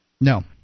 No